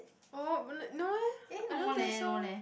oh but n~ no eh I don't think so